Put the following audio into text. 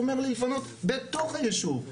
הוא אומר לי לפנות בתוך הישוב,